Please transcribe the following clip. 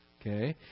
okay